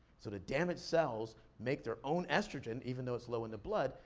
so the damaged cells make their own estrogen even though it's low in the blood,